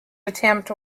attempt